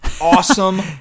awesome